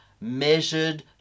measured